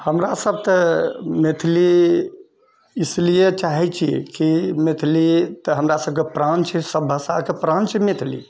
हमरा सभ तऽ मैथिली इसलिए चाहै छिऐ कि मैथिली तऽ हमरा सभकेँ प्राण छिऐ सभ भाषाके प्राण छिऐ मैथिली